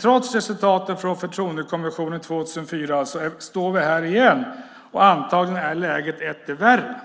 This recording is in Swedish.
Trots resultaten från Förtroendekommissionen 2004 står vi här igen, och antagligen är läget etter värre.